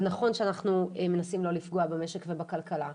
זה נכון שאנחנו מנסים לא לפגוע במשל ובכלכלה,